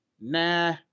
nah